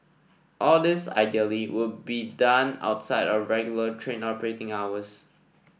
all this ideally would be done outside of regular train operating hours